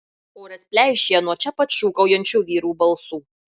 oras pleišėja nuo čia pat šūkaujančių vyrų balsų